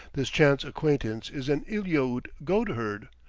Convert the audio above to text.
this chance acquaintance is an eliaute goat-herd,